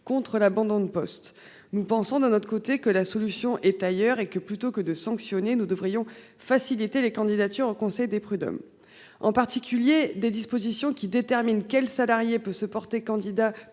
contre l'abandon de poste. Nous pensons d'un autre côté, que la solution est ailleurs et que plutôt que de sanctionner nous devrions faciliter les candidatures au conseil des prud'hommes, en particulier des dispositions qui détermine quel salarié peut se porter candidat